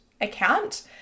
account